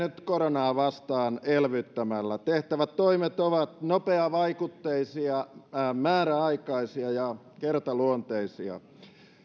nyt koronaa vastaan elvyttämällä tehtävät toimet ovat nopeavaikutteisia määräaikaisia ja kertaluonteisia